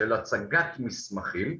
ושל הצגת מסמכים.